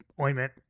ointment